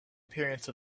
appearance